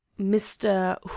Mr